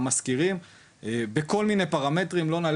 המשכירים וזה ניכר בכל מיני פרמטרים,